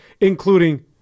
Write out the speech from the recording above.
including